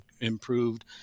improved